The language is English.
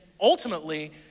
ultimately